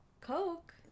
Coke